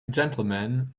gentlemen